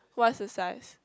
what's your size